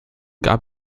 gab